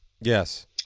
yes